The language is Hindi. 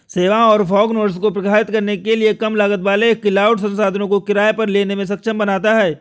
सेवाओं और फॉग नोड्स को प्रकाशित करने के लिए कम लागत वाले क्लाउड संसाधनों को किराए पर लेने में सक्षम बनाता है